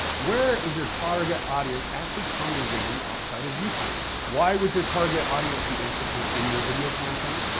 where is your target audience actually congregating outside of youtube? why would your target audience be interested in your video content,